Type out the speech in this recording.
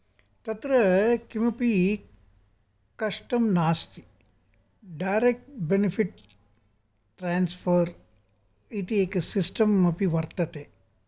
तत्र किमपि कष्टम् नास्ति डेरेक्ट् बिनिफिट् ट्रास्फर् इति एकं सिस्टिम् अपि वर्तते